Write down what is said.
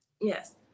Yes